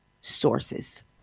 sources